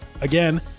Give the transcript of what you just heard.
Again